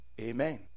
Amen